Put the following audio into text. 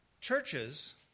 Churches